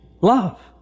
love